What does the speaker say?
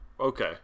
Okay